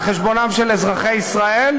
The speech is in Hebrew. על-חשבונם של אזרחי ישראל?